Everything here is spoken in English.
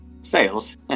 sales